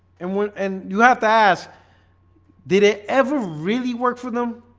and when and you have to ask did it ever really work for them?